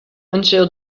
until